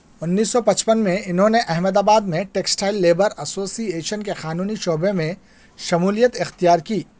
انیس سو پچپن میں اِنھوں نے احمدآباد میں ٹیکسٹائل لیبر اسوسیایشن کے قانونی شعبے میں شمولیت اختیار کی